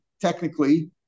technically